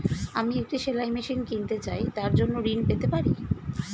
আমি একটি সেলাই মেশিন কিনতে চাই তার জন্য ঋণ পেতে পারি?